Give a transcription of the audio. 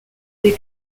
des